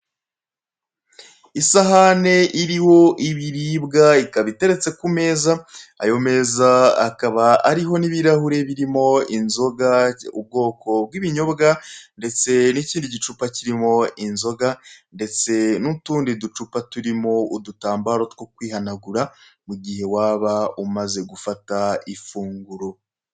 Isahani iriho ibiribwa ikaba iteretse ku meza ,ayo meza akaba ariho ni birahure birimo inzoga ,buri mubwoko bw'ibinyobwa ndetse n'ikindi gicupa kirimo inzoga ndetse nutundi ducupa turimo udutambaro two kwihanagura mugihe waba umaze gufata ifunguro.